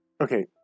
Okay